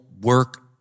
work